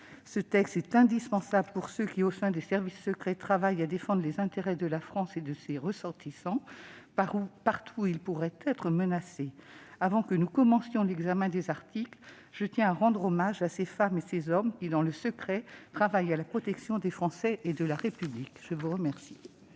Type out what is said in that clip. Ce texte est indispensable pour ceux qui, au sein des services secrets, travaillent à défendre les intérêts de la France et de ses ressortissants, partout où ils pourraient être menacés. Avant que nous ne commencions l'examen des articles, je tiens à rendre hommage à ces femmes et ces hommes qui, dans le secret, travaillent à la protection des Français et de la République. La discussion